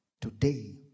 Today